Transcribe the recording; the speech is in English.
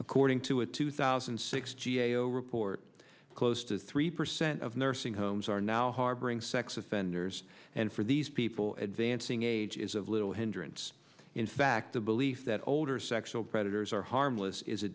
according to a two thousand and six g a o report close to three percent of nursing homes are now harboring sex offenders and for these people at vance ng age is of little hindrance in fact the belief that older sexual predators are harmless is a